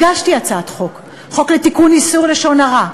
הגשתי הצעת חוק לתיקון חוק איסור לשון הרע.